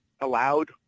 allowed